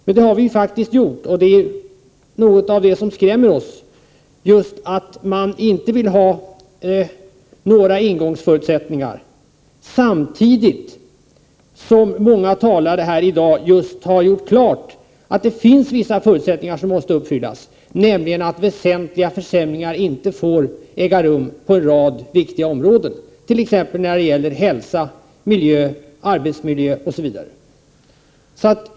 Men det har vi faktiskt gjort, och det skrämmer oss att man inte vill ha några ingångsförutsättningar. Samtidigt har många talare här i dag gjort klart att det finns vissa förutsättningar som måste uppfyllas, nämligen att väsentliga försämringar inte får äga rum på en rad viktiga områden — när det gäller hälsa, miljö, arbetsmiljö osv.